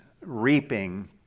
Reaping